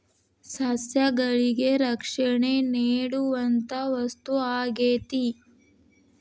ಸಸ್ಯಗಳಿಗೆ ರಕ್ಷಣೆ ನೇಡುವಂತಾ ವಸ್ತು ಆಗೇತಿ